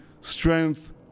strength